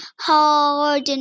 hard